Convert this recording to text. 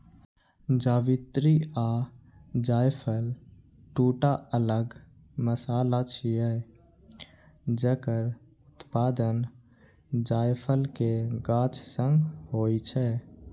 जावित्री आ जायफल, दूटा अलग मसाला छियै, जकर उत्पादन जायफल के गाछ सं होइ छै